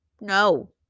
no